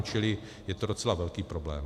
Čili je to docela velký problém.